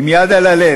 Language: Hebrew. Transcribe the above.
עם יד על הלב,